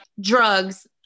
drugs